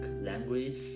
language